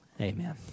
Amen